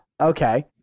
Okay